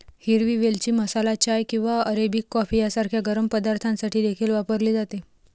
हिरवी वेलची मसाला चाय किंवा अरेबिक कॉफी सारख्या गरम पदार्थांसाठी देखील वापरली जाते